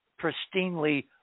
pristinely